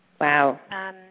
Wow